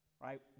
right